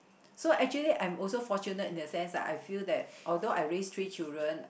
so actually I'm also fortunate in the sense like I feel that although I raise three children